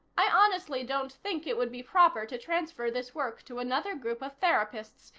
i honestly don't think it would be proper to transfer this work to another group of therapists.